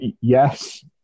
Yes